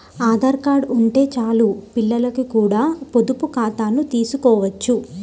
Aadhaar card ఉంటే చాలు పిల్లలకి కూడా పొదుపు ఖాతాను తీసుకోవచ్చు